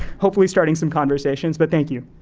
hopefully starting some conversations, but thank you.